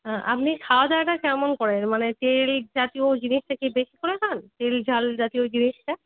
হ্যাঁ আপনি খাওয়া দাওয়াটা কেমন করেন মানে তেল জাতীয় জিনিসটা কি বেশি করে খান তেল ঝাল জাতীয় জিনিসটা